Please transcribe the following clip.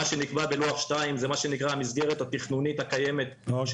מה שנקבע בלוח2 זה מה שנקרא המסגרת התכנונית הקיימת.